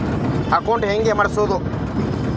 Account ಹೆಂಗ್ ಮಾಡ್ಸೋದು?